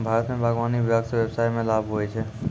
भारत मे बागवानी विभाग से व्यबसाय मे लाभ हुवै छै